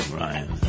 ryan